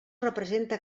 representa